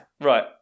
Right